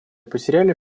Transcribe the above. потеряли